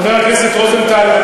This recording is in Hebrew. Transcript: חבר הכנסת רוזנטל,